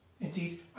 Indeed